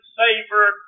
savor